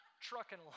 trucking